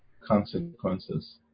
consequences